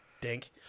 Dink